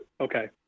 Okay